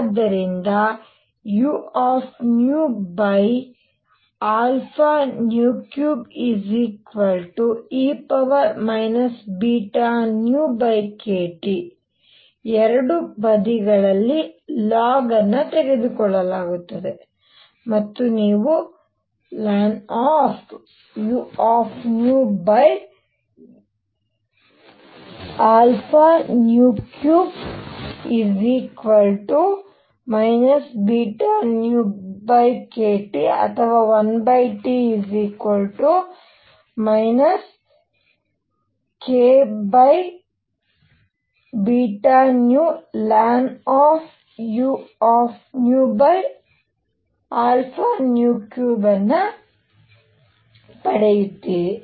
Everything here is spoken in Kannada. ಆದ್ದರಿಂದ u3e βνkT ಎರಡೂ ಬದಿಗಳ ಲಾಗ್ ತೆಗೆದುಕೊಳ್ಳುತ್ತದೆ ಮತ್ತು ನೀವು ln⁡ βνkTಅಥವಾ 1T kβνln⁡ಪಡೆಯುತ್ತೀರಿ